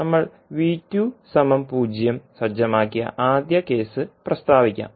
അതിനാൽ നമ്മൾ 0 സജ്ജമാക്കിയ ആദ്യ കേസ് പ്രസ്താവിക്കാം